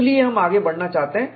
इसलिए हम आगे बढ़ना चाहते हैं